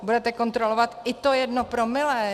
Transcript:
Budete kontrolovat i to jedno promile.